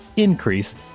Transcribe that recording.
increase